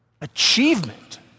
achievement